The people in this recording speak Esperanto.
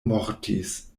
mortis